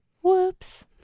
Whoops